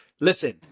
Listen